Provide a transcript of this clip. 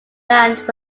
land